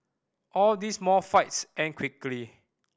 all these small fights end quickly